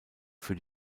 für